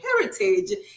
heritage